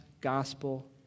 gospel